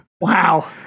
Wow